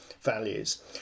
values